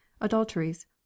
adulteries